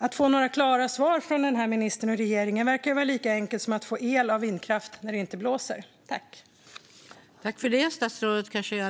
Att få några klara svar från den här ministern och regeringen verkar lika enkelt som att få el från vindkraft när det inte blåser.